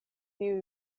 tiu